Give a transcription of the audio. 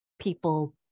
people